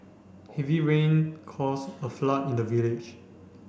heavy rain cause a flood in the village